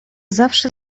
zawsze